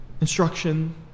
instruction